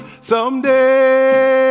someday